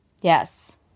Yes